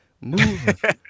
Move